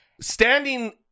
standing